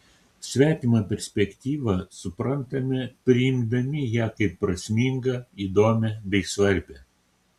svetimą perspektyvą suprantame priimdami ją kaip prasmingą įdomią bei svarbią